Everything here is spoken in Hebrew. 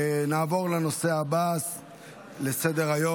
נעבור לנושא הבא בסדר-היום,